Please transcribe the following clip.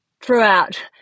throughout